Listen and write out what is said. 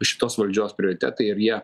šitos valdžios prioritetai ir jie